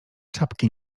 czapki